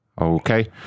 Okay